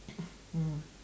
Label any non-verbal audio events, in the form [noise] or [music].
[breath] mm